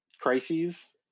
crises